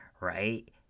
right